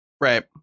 Right